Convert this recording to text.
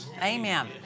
Amen